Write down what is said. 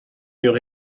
murs